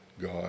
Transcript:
God